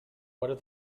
are